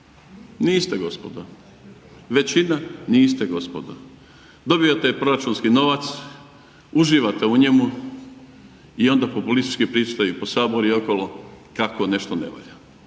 Niste gospodo, većina niste gospodo. Dobivate proračunski novac, uživate u njemu i onda populistički pričate i po Saboru i okolo kako nešto ne valja.